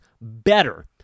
better